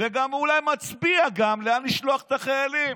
ואולי גם מצביע לאן לשלוח את החיילים,